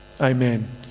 amen